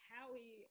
Howie